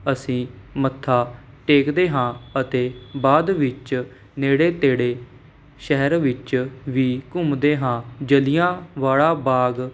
ਅਸੀਂ ਮੱਥਾ ਟੇਕਦੇ ਹਾਂ ਅਤੇ ਬਾਅਦ ਵਿੱਚ ਨੇੜੇ ਤੇੜੇ ਸ਼ਹਿਰ ਵਿੱਚ ਵੀ ਘੁੰਮਦੇ ਹਾਂ ਜਲ੍ਹਿਆਂਵਾਲਾ ਬਾਗ